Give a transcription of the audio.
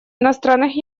иностранных